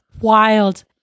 wild